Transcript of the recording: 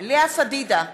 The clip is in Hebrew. לאה פדידה,